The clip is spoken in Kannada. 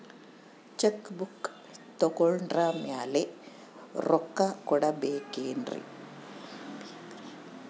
ಚೆಕ್ ಬುಕ್ ತೊಗೊಂಡ್ರ ಮ್ಯಾಲೆ ರೊಕ್ಕ ಕೊಡಬೇಕರಿ?